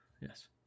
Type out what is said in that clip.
Yes